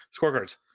scorecards